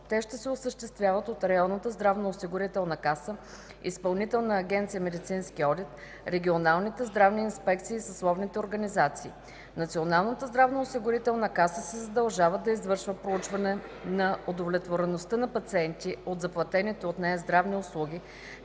Те ще се осъществяват от Районната здравноосигурителна каса, Изпълнителна агенция медицински одит, регионалните здравни инспекции и съсловните организации. Националната здравноосигурителна каса се задължава да извършва проучване на удовлетвореността на пациенти от заплатените от нея здравни услуги,